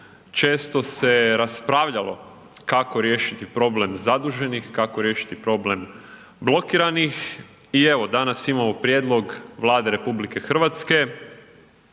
Često se raspravljalo kako riješiti problem zaduženih, kako riješiti problem blokiranih. I evo danas imamo prijedlog RH, blizu su